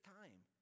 time